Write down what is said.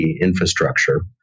infrastructure